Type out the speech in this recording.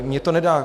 Mně to nedá.